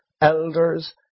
elders